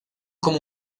como